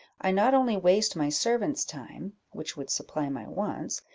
i not only waste my servant's time, which would supply my wants,